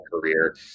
career